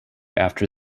after